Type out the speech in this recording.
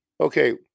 Okay